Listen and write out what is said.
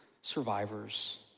survivors